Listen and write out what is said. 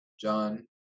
John